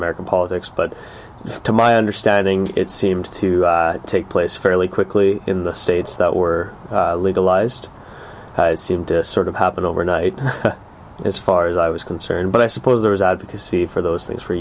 american politics but to my understanding it seems to take place fairly quickly in the states that were legalized seemed to sort of happen overnight as far as i was concerned but i suppose there was advocacy for those things for